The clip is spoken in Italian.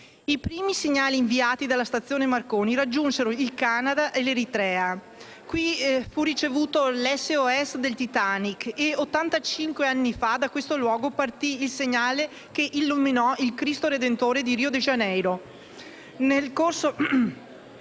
I primi segnali inviati dalla stazione Marconi raggiunsero il Canada e l'Eritrea. Qui fu ricevuto l'SOS del Titanic e ottantacinque anni fa da questo luogo partì il segnale che illuminò il Cristo redentore di Rio de Janeiro.